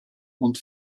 und